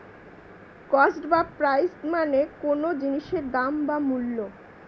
cost বা price মানে কোনো জিনিসের দাম বা মূল্য